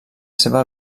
seva